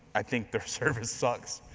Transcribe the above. i think their service sucks.